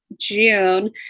june